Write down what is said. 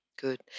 good